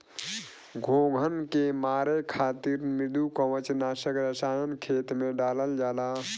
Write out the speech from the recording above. घोंघन के मारे खातिर मृदुकवच नाशक रसायन के खेत में डालल जाला